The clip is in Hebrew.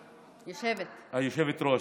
היושבת-ראש,